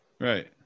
Right